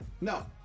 no